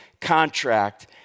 contract